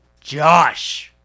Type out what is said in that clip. Josh